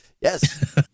yes